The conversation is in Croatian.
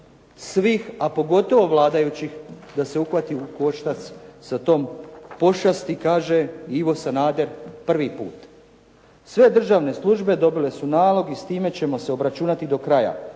svih, a pogotovo vladajućih, da se uhvati u koštac sa tom pošasti, kaže Ivo Sanader prvi put. Sve državne službe dobile su nalog i s time ćemo se obračunati do kraja.